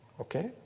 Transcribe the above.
Okay